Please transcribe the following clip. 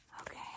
Okay